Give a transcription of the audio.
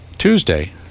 Tuesday